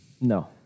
No